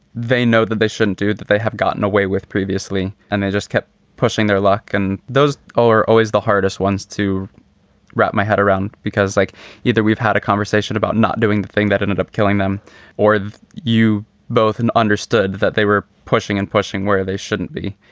they know that they shouldn't do that, they have gotten away with previously and they just kept pushing their luck. and those are always the hardest ones to wrap my head around because like either we've had a conversation about not doing the thing that ended up killing them or you both and understood that they were pushing and pushing where they shouldn't be.